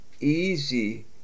easy